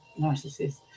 narcissist